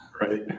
Right